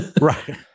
Right